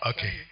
Okay